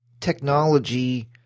technology